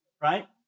right